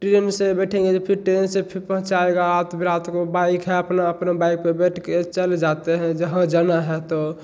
train से बैठेंगे फिर ट्रेन से पहुँचाएगा रात विरात को बाइक है अपना अपना बाइक पर बैठ कर चले जाते हैं जहाँ जाना है तो